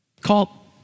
call